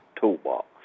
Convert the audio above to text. toolbox